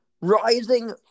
Rising